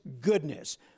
goodness